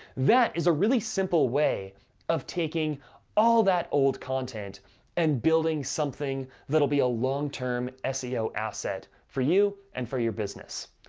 that is a really simple way of taking all that old content and building something that'll be a long-term seo asset for you, and for your business.